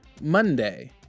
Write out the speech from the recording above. Monday